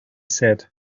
said